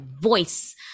voice